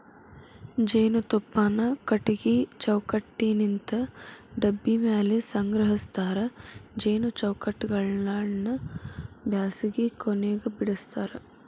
ಜೇನುತುಪ್ಪಾನ ಕಟಗಿ ಚೌಕಟ್ಟನಿಂತ ಡಬ್ಬಿ ಮ್ಯಾಲೆ ಸಂಗ್ರಹಸ್ತಾರ ಜೇನು ಚೌಕಟ್ಟಗಳನ್ನ ಬ್ಯಾಸಗಿ ಕೊನೆಗ ಬಿಡಸ್ತಾರ